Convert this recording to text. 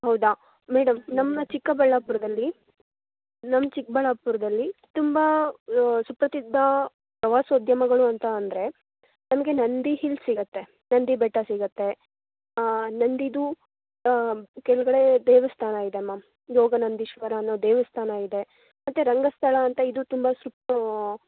ಹೌದಾ ಮೇಡಮ್ ನಮ್ಮ ಚಿಕ್ಕಬಳ್ಳಾಪುರದಲ್ಲಿ ನಮ್ಮ ಚಿಕ್ಕಬಳ್ಳಾಪುರದಲ್ಲಿ ತುಂಬ ಸುಪ್ರಸಿದ್ದ ಪ್ರವಾಸೋದ್ಯಮಗಳು ಅಂತ ಅಂದರೆ ನಮಗೆ ನಂದಿ ಹಿಲ್ಸ್ ಸಿಗುತ್ತೆ ನಂದಿ ಬೆಟ್ಟ ಸಿಗುತ್ತೆ ನಂದಿದು ಕೆಳ್ಗಡೆ ದೇವಸ್ಥಾನ ಇದೆ ಮ್ಯಾಮ್ ಯೋಗನಂದೀಶ್ವರ ಅನ್ನೋ ದೇವಸ್ಥಾನ ಇದೆ ಮತ್ತೆ ರಂಗಸ್ಥಳ ಅಂತ ಇದು ತುಂಬ